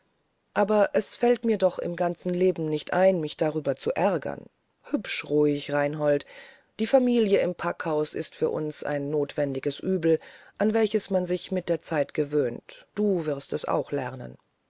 aber es fällt mir doch im ganzen leben nicht ein mich darüber zu ärgern hübsch ruhig reinhold die familie im packhause ist für uns ein notwendiges uebel an welches man sich mit der zeit gewöhnt du wirst es auch lernen